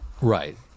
Right